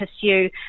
pursue